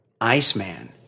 Iceman